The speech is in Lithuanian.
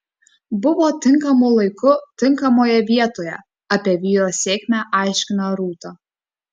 buvo tinkamu laiku tinkamoje vietoje apie vyro sėkmę aiškina rūta